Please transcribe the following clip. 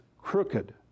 crooked